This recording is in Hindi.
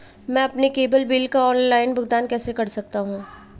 मैं अपने केबल बिल का ऑनलाइन भुगतान कैसे कर सकता हूं?